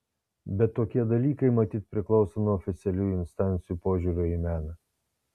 bet tokie dalykai matyt priklauso nuo oficialiųjų instancijų požiūrio į meną